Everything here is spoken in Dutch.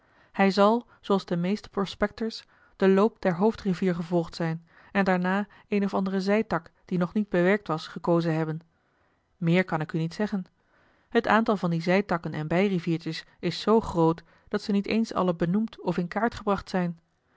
hij zal zooals de meeste prospectors den loop der hoofdrivier gevolgd zijn en daarna een of anderen zijtak die nog niet bewerkt was gekozen hebben meer kan ik u niet zeggen het aantal van die zijtakken en bijriviertjes is zoo groot dat ze niet eens alle benoemd of in kaart gebracht zijn